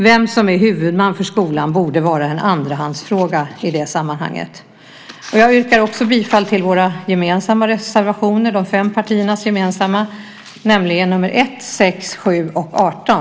Vem som är huvudman för skolan borde vara en andrahandsfråga i det sammanhanget. Jag yrkar också bifall till de fem partiernas gemensamma reservationer, nämligen nr 1, 6, 7 och 18.